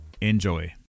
enjoy